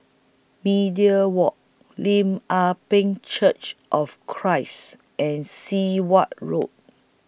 Media Walk Lim Ah Pin Church of Christ and Sit Wah Road